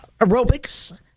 aerobics